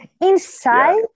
inside